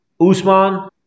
Usman